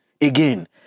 Again